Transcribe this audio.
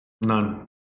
None